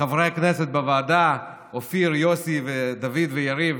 חברי הכנסת בוועדה, אופיר, יוסי, דוד ויריב.